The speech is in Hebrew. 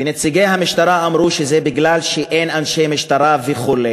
ונציגי המשטרה אמרו שזה בגלל שאין אנשי משטרה וכו'.